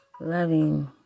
loving